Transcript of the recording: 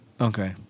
Okay